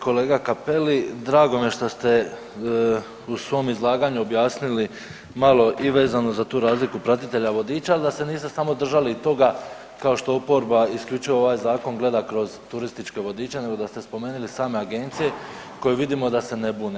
Kolega Cappelli, drago mi je što ste i svom izlaganju objasnili malo i vezano za tu razliku pratitelja, vodiča, a da se samo niste držali toga kao što oporba isključivo ovaj zakon gleda kroz turističke vodiče, nego da ste spomenuli same agencije koje vidimo da se ne bune.